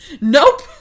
Nope